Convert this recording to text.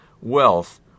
wealth